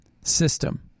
system